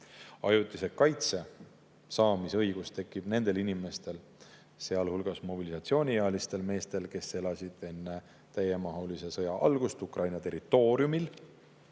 Ajutise kaitse saamise õigus tekib nendel inimestel, sealhulgas mobilisatsiooniealistel meestel, kes elasid enne täiemahulise sõja algust Ukraina territooriumil.